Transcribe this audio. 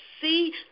see